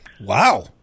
Wow